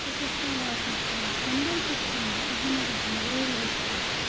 توٚتَس تام واتنَس تام کھَنہٕ بَل حظ کھَنہٕ بَل اہن حظ اہن حظ ریلوے سٹیشَن